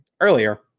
earlier